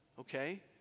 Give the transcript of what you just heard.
Okay